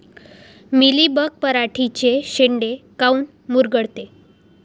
Mealybug पराटीचे चे शेंडे काऊन मुरगळते?